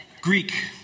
Greek